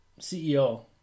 CEO